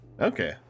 Okay